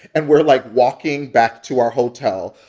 and we're, like, walking back to our hotel.